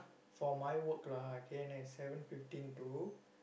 for my work lah can I seven fifteen to